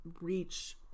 reach